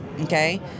okay